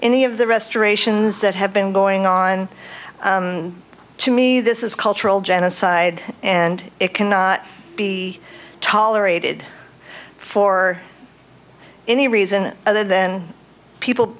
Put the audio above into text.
any of the restorations that have been going on to me this is a cultural genocide and it cannot be tolerated for any reason other than people